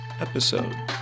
episode